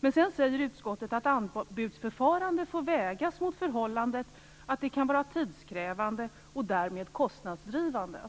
Men sedan säger utskottet att anbudsförfarande får vägas mot förhållandet att det kan vara tidskrävande och därmed kostnadsdrivande.